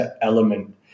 element